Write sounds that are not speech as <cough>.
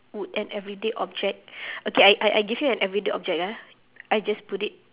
would an everyday object <breath> okay I I give you an everyday object ah I just put it